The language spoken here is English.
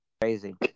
Crazy